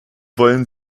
wollen